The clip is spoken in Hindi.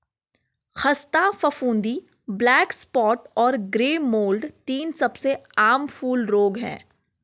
ख़स्ता फफूंदी, ब्लैक स्पॉट और ग्रे मोल्ड तीन सबसे आम फूल रोग हैं